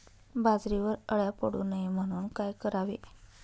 बाजरीवर अळ्या पडू नये म्हणून काय करावे?